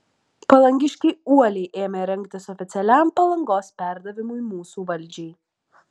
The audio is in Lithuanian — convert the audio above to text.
palangiškiai uoliai ėmė rengtis oficialiam palangos perdavimui mūsų valdžiai